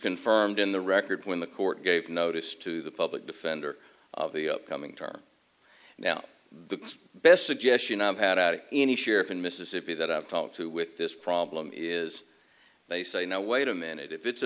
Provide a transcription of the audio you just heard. confirmed in the record when the court gave notice to the public defender of the upcoming term now best suggestion i've had at any sheriff in mississippi that i've talked to with this problem is they say no wait a minute if it's a